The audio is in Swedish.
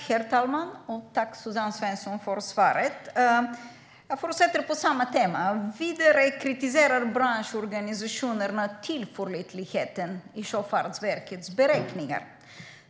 Herr talman! Tack, Suzanne Svensson, för svaret! Jag fortsätter på samma tema. Vidare kritiserar branschorganisationerna tillförlitligheten i Sjöfartsverkets beräkningar.